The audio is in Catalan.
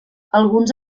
alguns